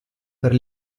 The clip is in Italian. per